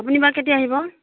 আপুনি বা কেতিয়া আহিব